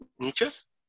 niches